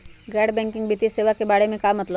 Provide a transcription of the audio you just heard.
गैर बैंकिंग वित्तीय सेवाए के बारे का मतलब?